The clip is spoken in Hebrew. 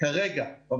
בחשבון את